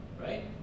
right